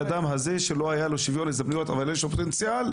אדם הזה שלא היה לו שוויון הזדמנויות ויש לו פוטנציאל,